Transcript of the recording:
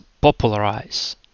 popularize